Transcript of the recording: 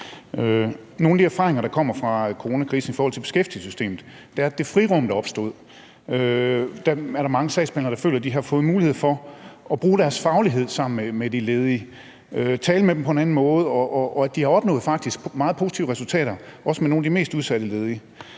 En af de erfaringer, der er kommet under coronakrisen i forhold til beskæftigelsessystemet, er, at der i det frirum, der opstod, er mange sagsbehandlere, der føler, at de har fået mulighed for at bruge deres faglighed sammen med de ledige og tale med dem på en anden måde, og at de faktisk har opnået meget positive resultater, også med nogle af de mest udsatte ledige.